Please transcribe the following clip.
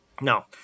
no